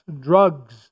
drugs